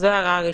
זו הערה ראשונה.